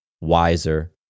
wiser